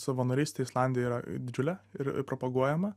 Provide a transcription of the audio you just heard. savanorystė islandijoj yra didžiulė ir propaguojama